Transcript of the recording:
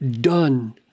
done